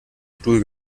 stuhl